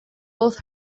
both